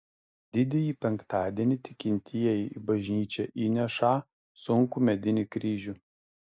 didįjį penktadienį tikintieji į bažnyčią įnešą sunkų medinį kryžių